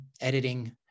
editing